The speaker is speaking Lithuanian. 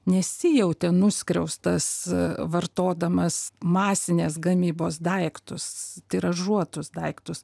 nesijautė nuskriaustas vartodamas masinės gamybos daiktus tiražuotus daiktus